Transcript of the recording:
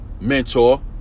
mentor